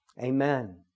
Amen